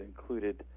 included